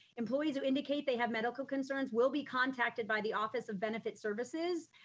employees who indicate they have medical concerns will be contacted by the office of benefits services,